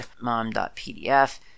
mom.pdf